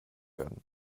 werden